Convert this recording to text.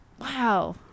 wow